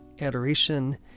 adoration